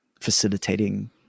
facilitating